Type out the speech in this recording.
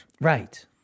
Right